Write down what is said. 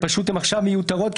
שעכשיו הן מיותרות,